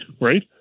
right